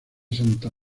santa